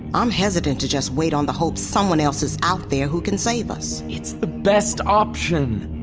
i'm hesitant to just wait on the hopes someone else is out there who can save us it's the best option!